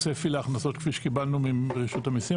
הצפי להכנסות כפי שקיבלנו מרשות המיסים,